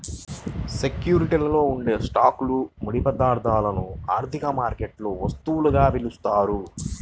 సెక్యూరిటీలలో ఉండే స్టాక్లు, ముడి పదార్థాలను ఆర్థిక మార్కెట్లలో వస్తువులుగా పిలుస్తారు